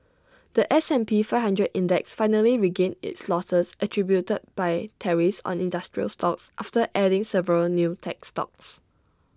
The S and P five hundred index finally regained its losses attributed by tariffs on industrial stocks after adding several new tech stocks